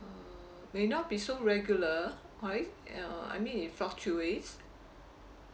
may not be so regular alright uh I mean it fluctuates